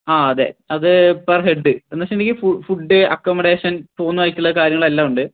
ആ അതെ അത് പെർ ഹെഡ് എന്ന് വെച്ചിട്ടുണ്ടെങ്കിൽ ഫുഡ് അക്കോമഡേഷൻ പോകുന്ന വഴിക്കുള്ള കാര്യങ്ങളെല്ലാം ഉണ്ട്